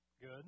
Good